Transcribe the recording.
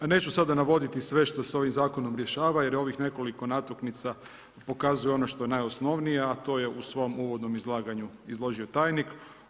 Neću sada navoditi sve što se ovim zakonom rješava jer ovih nekoliko natuknica pokazuje ono što je najosnovnije a to je u svom uvodnom izlaganju izložio tajnik.